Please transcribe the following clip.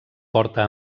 porta